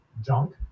junk